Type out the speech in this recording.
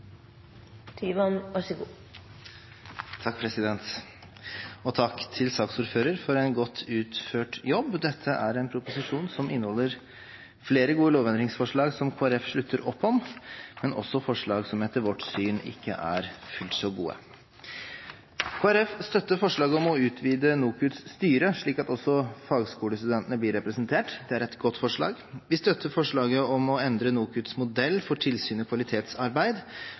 er fullt så gode. Kristelig Folkeparti støtter forslaget om å utvide NOKUTs styre, slik at også fagskolestudentene blir representert. Det er et godt forslag. Vi støtter forslaget om å endre NOKUTs modell for tilsyn og kvalitetsarbeid,